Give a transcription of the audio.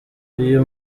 uyu